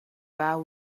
vow